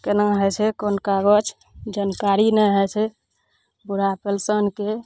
केना होइ छै कोन कागज जानकारी नहि होइ छै बुढ़ा पेंशनके